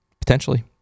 potentially